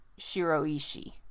Shiroishi